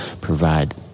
provide